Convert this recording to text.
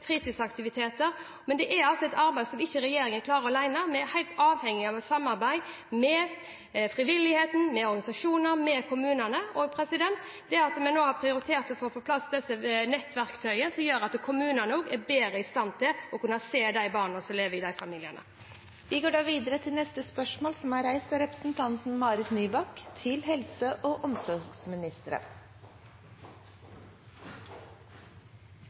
fritidsaktiviteter, men det er et arbeid som regjeringen ikke klarer alene. Vi er helt avhengig av et samarbeid med frivilligheten, med organisasjoner og med kommunene. Og det at vi nå har prioritert å få på plass disse nettverktøyene, gjør at kommunene også er bedre i stand til å se de barna som lever i disse familiene. Jeg har tillatt meg å stille følgende spørsmål til helseministeren: «I Oslo er det ni års forskjell i forventet levealder mellom bydel Sagene og